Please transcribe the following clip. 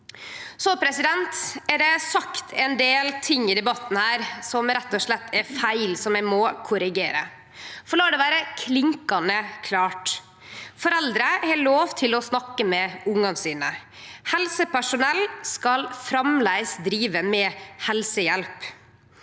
for det. Det er sagt ein del ting i debatten som rett og slett er feil, som eg må korrigere. La det vere klinkande klart: Foreldre har lov til å snakke med ungane sine. Helsepersonell skal framleis drive med helsehjelp.